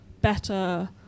better